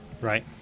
Right